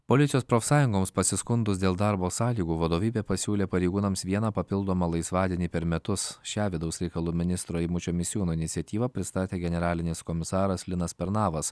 policijos profsąjungoms pasiskundus dėl darbo sąlygų vadovybė pasiūlė pareigūnams vieną papildomą laisvadienį per metus šią vidaus reikalų ministro eimučio misiūno iniciatyvą pristatė generalinis komisaras linas pernavas